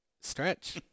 stretch